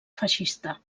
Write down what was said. feixista